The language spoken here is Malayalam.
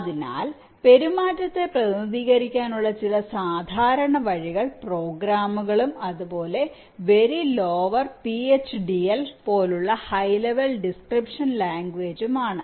അതിനാൽ പെരുമാറ്റത്തെ പ്രതിനിധീകരിക്കാനുള്ള ചില സാധാരണ വഴികൾ പ്രോഗ്രാമുകളും അതുപോലെ വെരി ലോവർ PHDL പോലുള്ള ഹൈ ലെവൽ ഡിസ്ക്രിപ്ഷൻ ലാംഗ്വേജും ആണ്